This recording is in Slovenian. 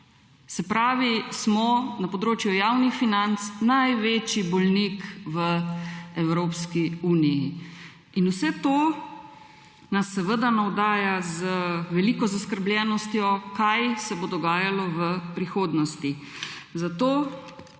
Se pravi, smo na področju javnih financ največji bolnik v Evropski uniji. In vse to nas seveda navdaja z veliko zaskrbljenostjo, kaj se bo dogajalo v prihodnosti.